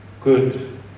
Good